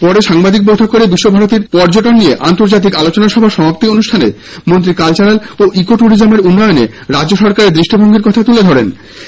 পরে সাংবাদিক বৈঠকে পরে বিশ্বভারতীর পর্যটন নিয়ে আন্তর্জাতিক আলোচনা সভার সমাপ্তি অনুষ্ঠানে মন্ত্রী কালচারাল ও ইকো ট্যুরিজমের উন্নয়নে রাজ্য সরকারের দৃষ্টিভঙ্গির কথা তুলে ধরেন